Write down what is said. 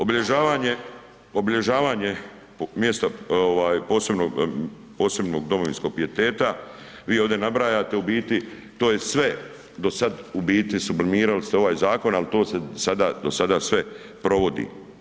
Obilježavanje mjesta posebnog domovinskog pijeteta, vi ovdje nabrajate u biti, to je sve do sad, u biti sublimirali ste ovaj zakon, ali to se sada do sada sve provodi.